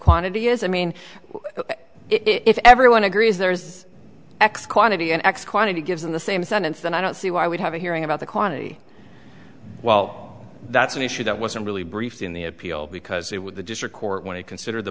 quantity is i mean if everyone agrees there is x quantity and x quantity given the same sentence then i don't see why i would have a hearing about the quantity well that's an issue that wasn't really brief in the appeal because they were the district court when he considered the